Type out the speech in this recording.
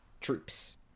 troops